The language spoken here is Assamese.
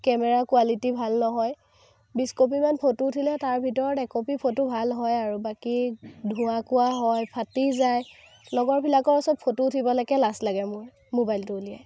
কেমেৰা কোৱালিটী ভাল নহয় বিছ কপিমান ফটো উঠিলে তাৰ ভিতৰত একপি ফটো ভাল হয় আৰু বাকী ধোৱা কোৱা হয় ফাটি যায় লগৰবিলাকৰ ওচৰত ফটো উঠিবলৈকে লাজ লাগে মোৰ মবাইলটো উলিয়াই